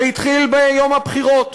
זה התחיל ביום הבחירות.